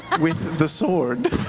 and with the sword.